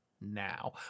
now